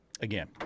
again